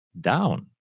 down